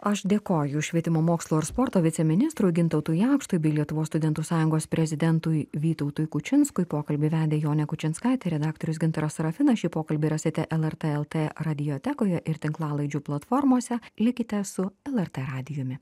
aš dėkoju švietimo mokslo ir sporto viceministrui gintautui jakštui bei lietuvos studentų sąjungos prezidentui vytautui kučinskui pokalbį vedė jonė kučinskaitė redaktorius gintaras sarafinas šį pokalbį rasite lrt lt radiotekoje ir tinklalaidžių platformose likite su lrt radijumi